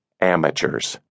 Amateurs